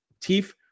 teeth